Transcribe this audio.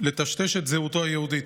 כדי לטשטש את זהותו היהודית.